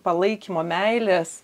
palaikymo meilės